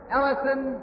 Ellison